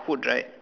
food right